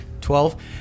Twelve